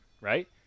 right